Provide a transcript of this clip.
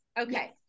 Okay